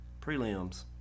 prelims